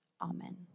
Amen